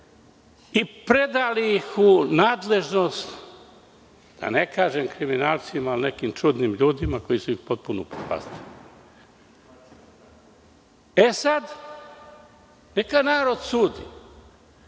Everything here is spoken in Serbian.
i predali ih u nadležnost, da ne kažem kriminalcima, ali nekim čudnim ljudima koji su ih potpuno upropastili. Sada neka narod sudi.